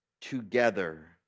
together